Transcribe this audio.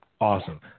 awesome